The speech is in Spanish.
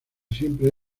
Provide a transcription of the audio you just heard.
siempre